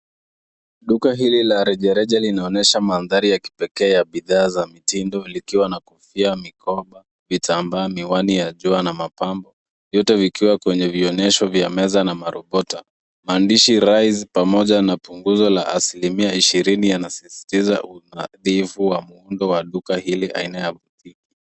Duka hili la rejareja linaonyesha mandhari ya kipekee ya bidhaa za mitindo, likiwa na kofia, mikoba, vitambaa, miwani ya jua na mapambo, vyote vikiwa kwenye vionyesho vya meza na morobota. Maandishi Rize, pamoja na punguzo la asilimia ishirini yanasisitiza unadhifu wa muundo wa duka hili aina ya boutique .